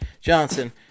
Johnson